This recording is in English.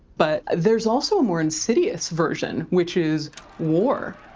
but there's also a more insidious version, which is war,